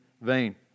vain